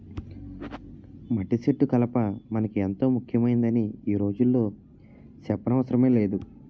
మద్దిసెట్టు కలప మనకి ఎంతో ముక్యమైందని ఈ రోజుల్లో సెప్పనవసరమే లేదు